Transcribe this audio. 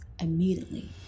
immediately